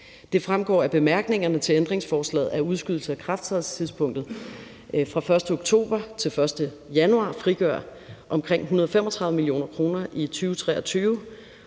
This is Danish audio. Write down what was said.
Det fremgår af bemærkningerne til ændringsforslaget, at udskydelse af ikrafttrædelsestidspunktet fra den 1. oktober til den 1. januar frigør omkring 135 mio. kr. i 2023,